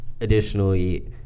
Additionally